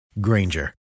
Granger